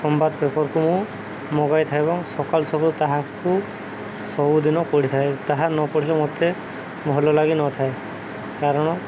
ସମ୍ବାଦ ପେପର୍କୁ ମୁଁ ମଗାଇ ଥାଏ ଏବଂ ସକାଳୁ ସକାଳୁ ତାହାକୁ ସବୁଦିନ ପଢ଼ି ଥାଏ ତାହା ନ ପଢ଼ିଲେ ମୋତେ ଭଲ ଲାଗି ନ ଥାଏ କାରଣ